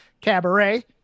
Cabaret